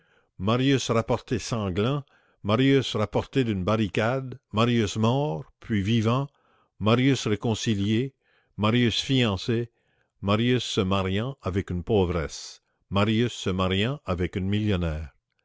marius rapporté sanglant marius rapporté d'une barricade marius mort puis vivant marius réconcilié marius fiancé marius se mariant avec une pauvresse marius se mariant avec une millionnaire